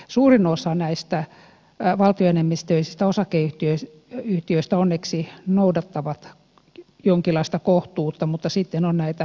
suurin osa näistä valtioenemmistöisistä osakeyhtiöistä onneksi noudattaa jonkinlaista kohtuutta mutta sitten on näitä poikkeuksia